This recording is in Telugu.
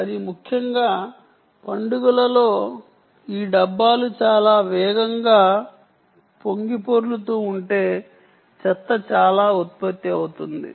కానీ ముఖ్యంగా పండుగలలో ఈ డబ్బాలు చాలా వేగంగా పొంగిపొర్లుతూ ఉంటే చెత్త చాలా ఉత్పత్తి అవుతుంది